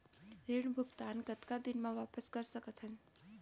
ऋण भुगतान कतका दिन म वापस कर सकथन?